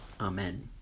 Amen